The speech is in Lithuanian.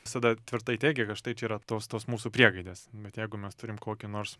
visada tvirtai teigia kad štai čia yra tos tos mūsų priegaidės bet jeigu mes turim kokį nors